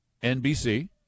NBC